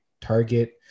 target